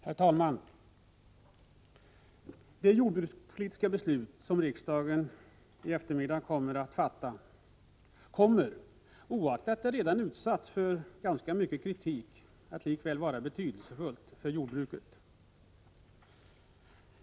Herr talman! Det jordbrukspolitiska beslut som riksdagen i eftermiddag skall fatta kommer — oaktat det redan har utsatts för mycken kritik — att vara betydelsefullt för jordbruket.